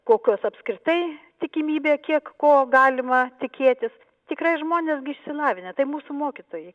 kokios apskritai tikimybė kiek ko galima tikėtis tikrai žmonės gi išsilavinę tai mūsų mokytojai